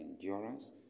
endurance